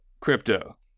crypto